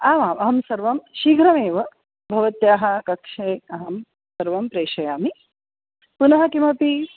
आमाम् अहं सर्वं शीघ्रमेव भवत्याः कक्षे अहं सर्वं प्रेषयामि पुनः किमपि